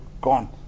gone